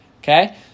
okay